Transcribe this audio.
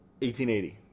1880